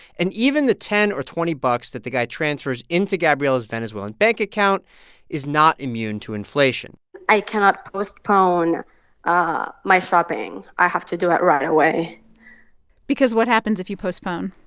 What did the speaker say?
and even the ten or twenty bucks that the guy transfers into gabriela's venezuelan bank account is not immune to inflation i cannot postpone ah my shopping. i have to do it right away because what happens if you postpone?